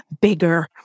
bigger